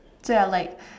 so ya like